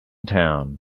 town